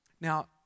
Now